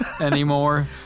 anymore